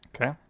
Okay